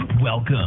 Welcome